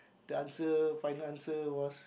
the answer final answer was